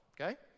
okay